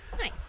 Nice